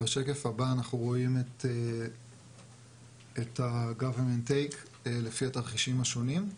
בשקף הבא אנחנו רואים את ה-government take לפי התרחישים השונים.